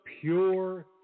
pure